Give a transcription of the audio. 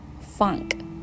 funk